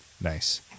Nice